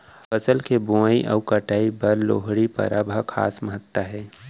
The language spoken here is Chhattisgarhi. फसल के बोवई अउ कटई बर लोहड़ी परब ह खास महत्ता हे